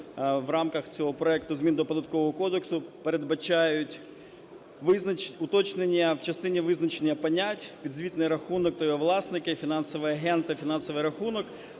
в рамках цього проекту змін до Податкового кодексу передбачають визначити... уточнення в частині визначення понять "підзвітний рахунок та його власник", "фінансовий агент" та "фінансовий рахунок",